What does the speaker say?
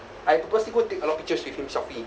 I purposely go take a lot of pictures with him selfie